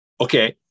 Okay